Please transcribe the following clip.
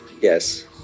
Yes